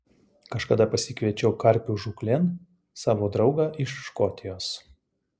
kažkada pasikviečiau karpių žūklėn savo draugą iš škotijos